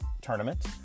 tournament